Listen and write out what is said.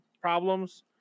problems